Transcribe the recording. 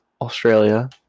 Australia